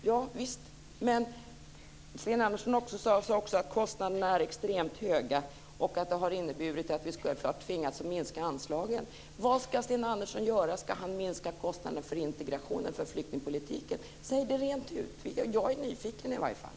Sten Andersson sade också att kostnaderna är extremt höga och att de har inneburit att vi tvingats minska anslagen. Vad ska Sten Andersson göra? Ska han minska kostnaderna för integrationen, för flyktingpolitiken? Säg det rent ut - jag är i alla fall nyfiken.